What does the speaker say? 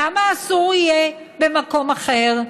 למה אסור יהיה במקום אחר?